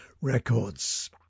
Records